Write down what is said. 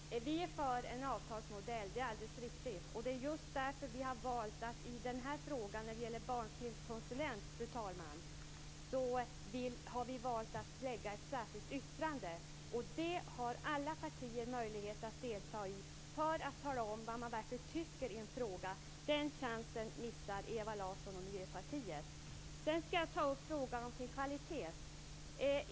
Fru talman! Vi är för en avtalsmodell, det är alldeles riktigt. Det är just därför vi har valt att i den fråga som gäller barnfilmskonsulent utforma ett särskilt yttrande. Det har alla partier möjlighet att delta i för att tala om vad man verkligen tycker i en fråga. Den chansen missar Ewa Larsson och Miljöpartiet. Sedan ska jag ta upp frågan om kvalitet.